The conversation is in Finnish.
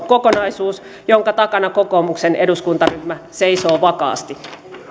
kokonaisuus jonka takana kokoomuksen eduskuntaryhmä seisoo vakaasti